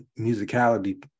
musicality